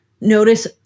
notice